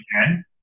again